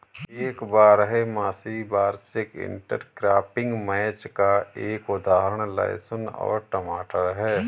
एक बारहमासी वार्षिक इंटरक्रॉपिंग मैच का एक उदाहरण लहसुन और टमाटर है